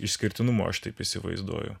išskirtinumo aš taip įsivaizduoju